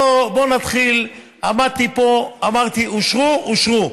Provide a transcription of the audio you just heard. בוא נתחיל, עמדתי פה, אמרתי אושרו, אושרו.